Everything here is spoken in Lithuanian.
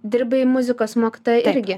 dirbai muzikos mokytoja irgi